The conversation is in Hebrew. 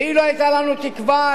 אילו היתה לנו תקווה,